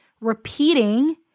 repeating